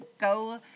go